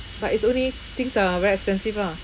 but it's only things are very expensive lah